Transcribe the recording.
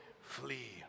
flee